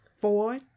four